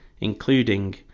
including